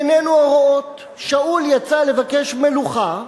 עינינו הרואות: שאול יצא לבקש מלוכה,